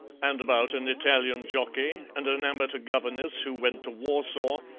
and about an italian jockey and an amateur governess who went to warsaw,